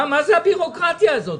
מה זו הבירוקרטיה הזאת?